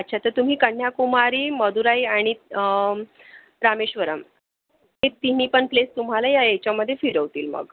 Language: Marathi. अच्छा तर तुम्ही कन्याकुमारी मदुराई आणि रामेश्वरम हे तिन्ही पण प्लेस तुम्हाला या याच्यामध्ये फिरवतील मग